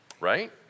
right